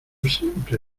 siempre